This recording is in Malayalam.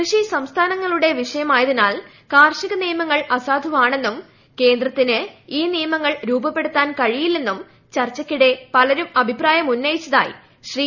കൃഷി സംസ്ഥാനങ്ങളുടെ വിഷയമായതിനാൽ കാർഷിക നിയമങ്ങൾ അസാധുവാണെന്നും കേന്ദ്രത്തിന് ഈ നിയമങ്ങൾ രൂപപ്പെടുത്താൻ കഴിയില്ലെന്നും ചർച്ചയ്ക്കിടെ പലരും അഭിപ്രായം ഉന്നയിച്ചതായി ശ്രീ